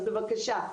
אז בבקשה,